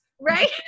Right